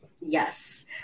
Yes